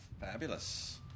Fabulous